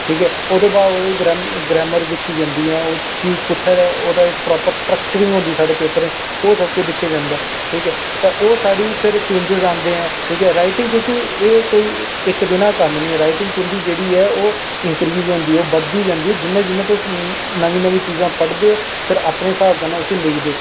ठीक ऐ ओह्दे बाद ओह्दे च ग्राम ग्रामर दिक्खी जंदी ऐ उसी कुत्थै ओह्दा इक प्रापर स्ट्रक्चरिंग होंदा साढ़े पेपर च ओह् सब कुछ दिक्खेआ जंदा ऐ ठीक ऐ ते ओह् साढ़ी फिर चेंजिस आंदे ऐ ठीक ऐ राईटिंग क्योंकि एह् कोई इक दिनें दा कम्म निं ऐ राइटिंग तुं'दी जेह्ड़ी ऐ ओह् इंक्रीज होंदी ऐ ओह् बधदी जंदी ऐ जियां जियां तुस नमीं नमीं चीजां पढ़दे ओ फिर अपने स्हाब कन्नै उसी लिखदे ओ